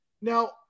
Now